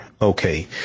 Okay